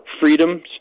freedoms